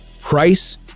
Price